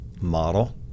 model